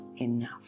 enough